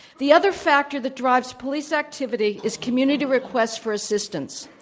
the other factor that drives police activity is community requests for assistant.